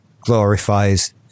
glorifies